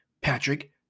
patrick